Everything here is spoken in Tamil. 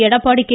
எடப்பாடி கே